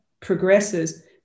progresses